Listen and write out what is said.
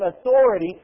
authority